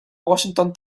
washington